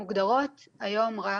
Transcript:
מוגדרות היום רק,